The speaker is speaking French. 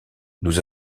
nous